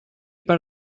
per